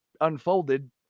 unfolded